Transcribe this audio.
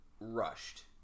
rushed